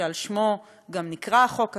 שעל שמו גם נקרא החוק הזה,